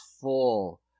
full